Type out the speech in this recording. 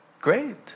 Great